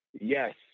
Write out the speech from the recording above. yes